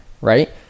right